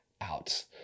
out